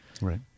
Right